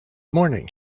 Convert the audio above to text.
morning